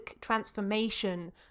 transformation